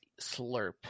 slurp